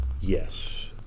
Yes